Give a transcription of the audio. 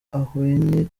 ahwanye